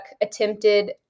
attempted